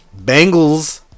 Bengals